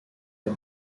del